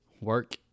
work